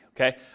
Okay